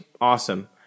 Awesome